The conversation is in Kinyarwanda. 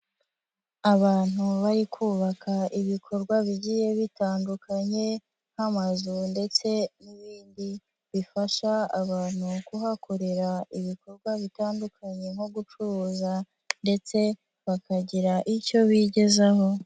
Abantu bari kubaka ibikorwa bigiye bitandukanye nk'amazu ndetse n'ibindi, bifasha abantu kuhakorera ibikorwa bitandukanye nko gucuruza ndetse bakagira icyo bigezaho.